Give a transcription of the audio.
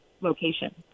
location